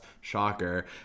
Shocker